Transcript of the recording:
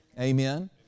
Amen